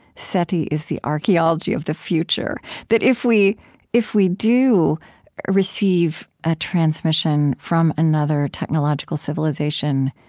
seti is the archeology of the future that if we if we do receive a transmission from another technological civilization,